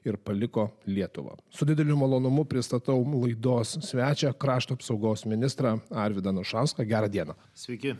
ir paliko lietuvą su dideliu malonumu pristatau laidos svečią krašto apsaugos ministrą arvydą anušauską gerą dieną sveiki